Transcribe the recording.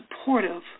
supportive